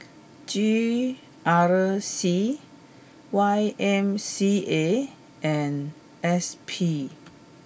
G R C Y M C A and S P